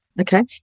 Okay